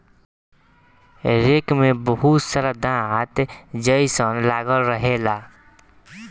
rake में बहुत सारा दांत जइसन लागल रहेला